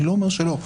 אני לא אומר שלא,